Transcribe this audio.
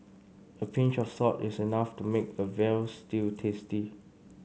a pinch of salt is enough to make a veal stew tasty